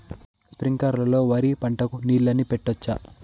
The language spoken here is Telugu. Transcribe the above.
స్ప్రింక్లర్లు లో వరి పంటకు నీళ్ళని పెట్టొచ్చా?